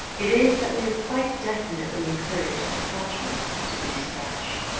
it is that we have quite definitely encouraged a scotchman to be scotch.